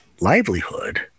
livelihood